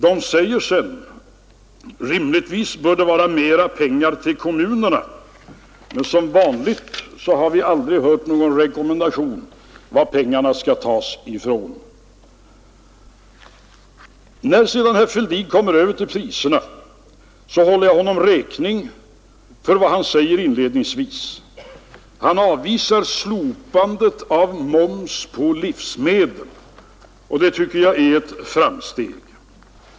Ni säger sedan att det rimligtvis bör vara mera pengar till kommunerna, men som vanligt har vi aldrig hört någon rekommendation om varifrån pengarna skall tas. När sedan herr Fälldin kommer över till priserna håller jag honom räkning för vad han säger inledningsvis. Han avvisar slopandet av moms på livsmedel, och det tycker jag är ett framsteg.